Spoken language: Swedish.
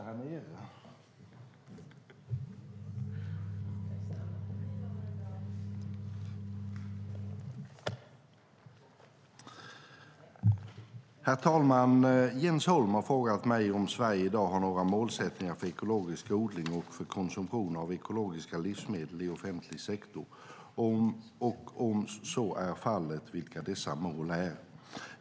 Herr talman! Jens Holm har frågat mig om Sverige i dag har några målsättningar för ekologisk odling och konsumtion av ekologiska livsmedel i offentlig sektor och, om så är fallet, vilka dessa mål är.